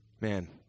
man